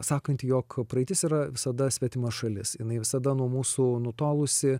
sakanti jog praeitis yra visada svetima šalis jinai visada nuo mūsų nutolusi